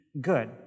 good